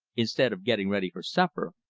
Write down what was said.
instead of getting ready for supper,